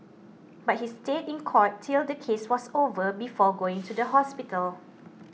but he stayed in court till the case was over before going to the hospital